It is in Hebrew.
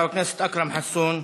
חבר הכנסת אכרם חסון.